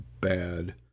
bad